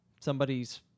somebody's